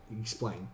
Explain